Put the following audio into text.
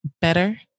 better